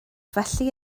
felly